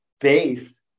base